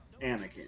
Anakin